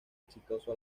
exitoso